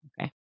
Okay